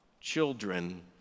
children